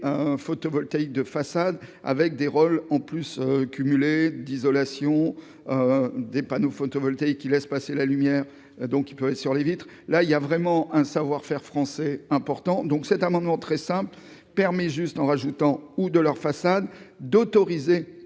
photovoltaïque de façade avec des rôles en plus cumuler d'isolation des panneaux photovoltaïques qui laisse passer la lumière, donc il pleuvait sur les vitres, là il y a vraiment un savoir-faire français important donc cet amendement très simple permet juste en rajoutant ou de leurs façades d'autoriser